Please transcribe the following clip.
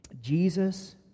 Jesus